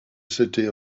city